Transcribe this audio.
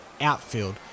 outfield